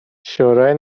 شورای